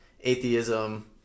atheism